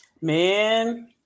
Man